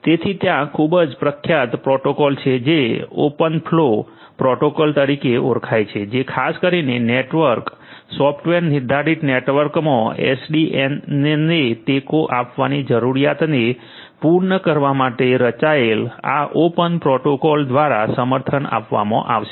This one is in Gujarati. તેથી ત્યાં ખૂબ જ પ્રખ્યાત પ્રોટોકોલ છે જે ઓપનફ્લો પ્રોટોકોલ તરીકે ઓળખાય છે જે ખાસ કરીને નેટવર્ક સોફ્ટવૅર નિર્ધારિત નેટવર્કમાં એસડીએનને ટેકો આપવાની જરૂરિયાતોને પૂર્ણ કરવા માટે રચાયેલ આ ઓપન પ્રોટોકોલ દ્વારા સમર્થન આપવામાં આવશે